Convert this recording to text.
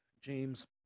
James